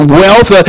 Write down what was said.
wealth